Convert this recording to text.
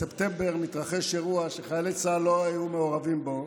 בספטמבר מתרחש אירוע שחיילי צה"ל לא היו מעורבים בו